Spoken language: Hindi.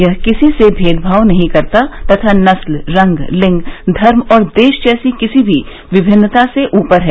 यह किसी से भेदभाव नहीं करता तथा नस्ल रंग लिंग धर्म और देश जैसी किसी भी विभिन्नता से ऊपर है